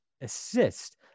assist